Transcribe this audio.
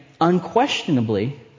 unquestionably